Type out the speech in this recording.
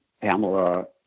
Pamela